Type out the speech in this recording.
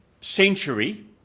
century